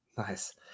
Nice